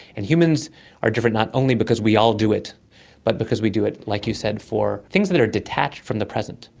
and humans are different not only because we all do it but because we do it, like you said, for things that are detached from the present.